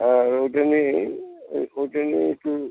হ্যাঁ ওই জন্যেই ওই জন্যেই তো